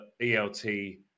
ELT